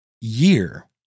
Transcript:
year